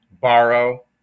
borrow